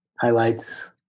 Highlights